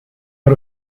out